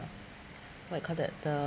what you call that the